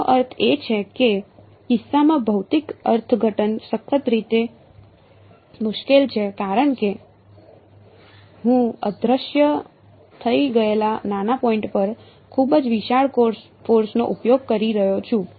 આનો અર્થ એ છે કે આ કિસ્સામાં ભૌતિક અર્થઘટન સખત રીતે મુશ્કેલ છે કારણ કે હું અદ્રશ્ય થઈ ગયેલા નાના પોઇન્ટ પર ખૂબ જ વિશાળ ફોર્સ નો ઉપયોગ કરી રહ્યો છું